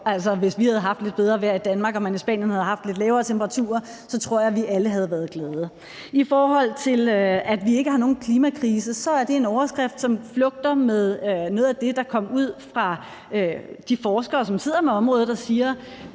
Altså, hvis vi havde haft lidt bedre vejr i Danmark og man i Spanien havde haft lidt lavere temperaturer, så tror jeg, vi alle havde været glade. I forhold til at vi ikke har nogen klimakrise, er det en overskrift, som flugter med noget af det, der kom ud fra de forskere, som sidder med området og siger: